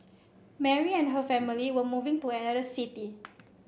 Mary and her family were moving to another city